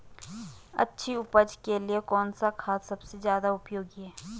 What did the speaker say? अच्छी उपज के लिए कौन सा खाद सबसे ज़्यादा उपयोगी है?